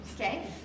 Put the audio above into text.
Okay